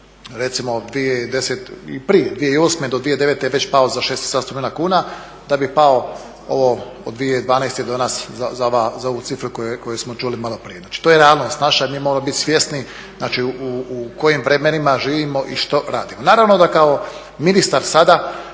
recimo i prije 2008. do 2009. je već pao za 600, 700 milijuna kuna da bi pao od 2012. do danas za ovu cifru koju smo čuli maloprije. Znači, to je realnost naša i mi moramo biti svjesni znači u kojim vremenima živimo i što radimo. Naravno da kao ministar sada